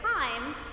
time